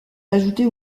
ajoutées